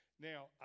Now